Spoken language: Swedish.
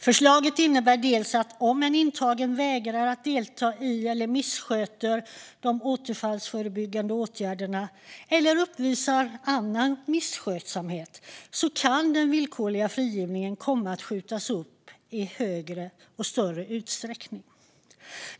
Förslaget innebär att om en intagen vägrar att delta i eller missköter de återfallsförebyggande åtgärderna eller uppvisar annan misskötsamhet kan den villkorliga frigivningen komma att skjutas upp i större utsträckning.